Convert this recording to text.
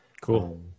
Cool